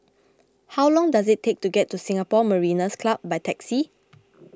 how long does it take to get to Singapore Mariners' Club by taxi